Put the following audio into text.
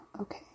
Okay